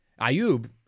Ayub